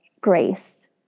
grace